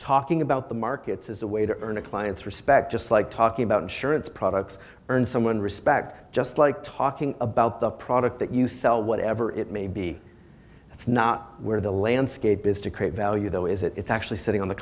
talking about the markets as a way to earn a client's respect just like talking about insurance products earn someone respect just like talking about the product that you sell whatever it may be it's not where the landscape is to create value though is that it's actually sitting on the